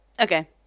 Okay